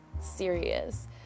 serious